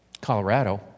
Colorado